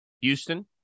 Houston